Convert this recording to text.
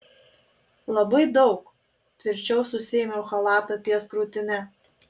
labai daug tvirčiau susiėmiau chalatą ties krūtine